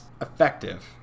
effective